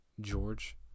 George